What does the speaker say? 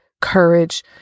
courage